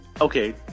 Okay